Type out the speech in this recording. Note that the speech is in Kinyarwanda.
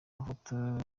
mafoto